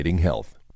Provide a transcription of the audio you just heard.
health